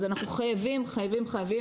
אז אנחנו חייבים חייבים,